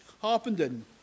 Harpenden